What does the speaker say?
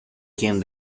quien